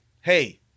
Hey